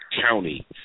county